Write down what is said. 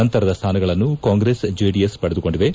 ನಂತರದ ಸ್ಥಾನಗಳನ್ನು ಕಾಂಗ್ರೆಸ್ ಜೆಡಿಎಸ್ ಪಡೆದುಕೊಂಡಿವೆ